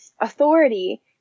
authority